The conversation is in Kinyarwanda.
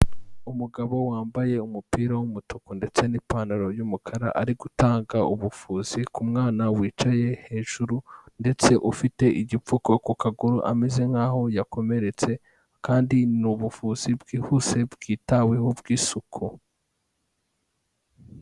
Umugabo wambaye umupira w'umutuku ndetse n'ipantaro y'umukara ari gutanga ubuvuzi ku mwana wicaye hejuru ndetse ufite igipfuko ku kaguru ameze nkaho yakomeretse kandi ni ubuvuzi bwihuse bwitaweho bw'isuku.